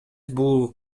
бул